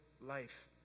life